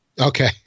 Okay